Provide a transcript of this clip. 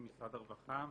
אני ממשרד הרווחה,